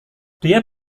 dia